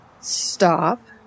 Stop